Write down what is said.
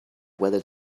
whether